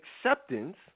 acceptance